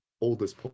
oldest